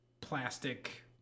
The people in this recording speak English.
plastic